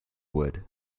wood